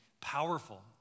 powerful